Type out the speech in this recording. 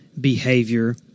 behavior